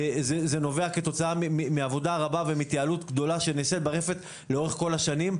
נובע מתוצאה של עבודה רבה והתייעלות גדולה שנעשית ברפת לאורך כל השנים.